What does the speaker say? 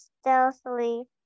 stealthily